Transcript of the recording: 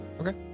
Okay